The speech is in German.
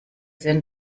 sinn